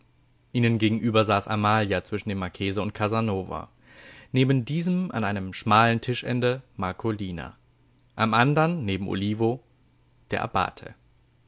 ihnen gegenüber saß amalia zwischen dem marchese und casanova neben diesem an einem schmalen tischende marcolina am andern neben olivo der abbate